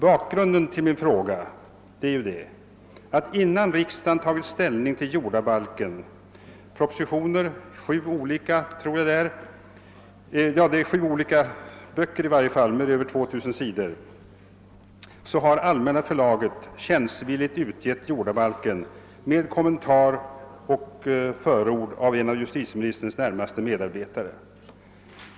Bakgrunden till min fråga är att innan riksdagen tagit ställning till jorda balken — det rör sig om olika propositioner, omfattande sju böcker på tillsammans över 2000 sidor — har All männa förlaget tjänstvilligt utgett jordabalken med kommentar och förord av en av justitieministerns närmaste medarbetare.